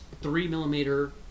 three-millimeter